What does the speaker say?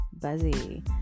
Buzzy